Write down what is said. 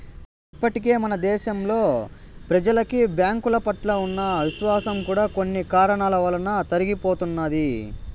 ఇప్పటికే మన దేశంలో ప్రెజలకి బ్యాంకుల పట్ల ఉన్న విశ్వాసం కూడా కొన్ని కారణాల వలన తరిగిపోతున్నది